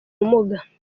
ubumuga